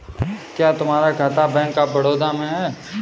क्या तुम्हारा खाता बैंक ऑफ बड़ौदा में है?